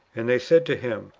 and they said to him,